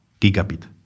gigabit